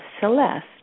Celeste